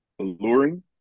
alluring